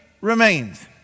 remains